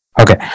okay